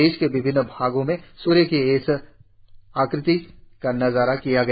देश के विभिन्न भागों में सूर्य की इस आकृति का नजारा किया गया